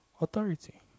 Authority